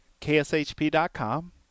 KSHP.com